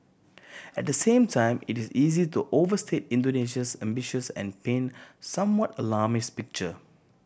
at the same time it is easy to overstate Indonesia's ambitions and paint somewhat alarmist picture